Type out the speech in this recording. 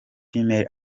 female